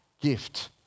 gift